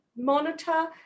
Monitor